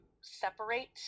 separate